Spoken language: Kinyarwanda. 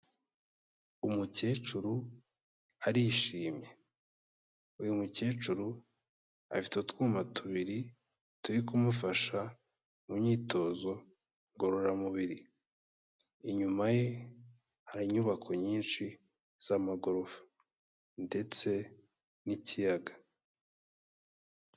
Umukecuru arishimye, uyu mukecuru afite utwuma tubiri turi kumufasha mu myitozo ngororamubiri, inyuma ye hari inyubako nyinshi z'amagorofa ndetse n'ikiyaga.